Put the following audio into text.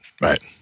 Right